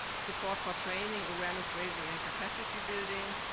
support for training, awareness raising, and capacity building.